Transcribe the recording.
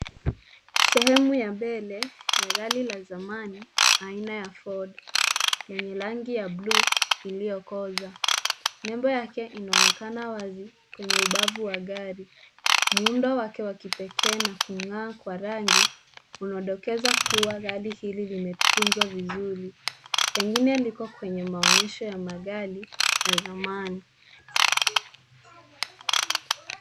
Sehemu ya mbele ya gari la zamani, aina ya Ford. Lenye rangi ya bluu iliyokoza. Nebo yake inaonekana wazi, kwenye ubavu wa gari. Muundo wake wa kipekee na kung'aa kwa rangi, unaodokeza kuwa gari hili limetunzwa vizuri. Pengine liko kwenye maonyesho ya magari, ya zamani.